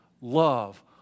love